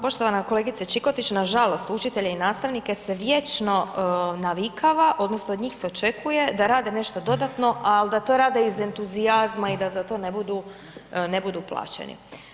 Ma poštovana kolegice Čikotić, nažalost učitelje i nastavnike se vječno navikava odnosno od njih se očekuje da rade nešto dodatno, al da to rade iz entuzijazma i da za to ne budu plaćene.